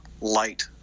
light